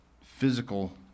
physical